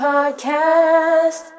Podcast